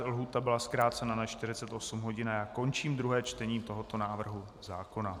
Lhůta byla zkrácena na 48 hodin a já končím druhé čtení tohoto návrhu zákona.